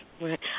Right